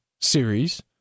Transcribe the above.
series